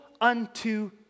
unto